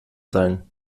sein